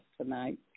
tonight